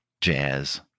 jazz